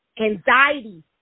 Anxiety